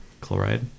Chloride